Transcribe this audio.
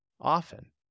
often